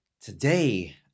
Today